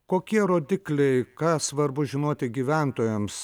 kokie rodikliai ką svarbu žinoti gyventojams